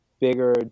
bigger